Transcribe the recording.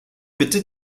bitte